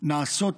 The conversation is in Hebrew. נעשות